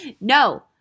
No